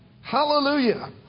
Hallelujah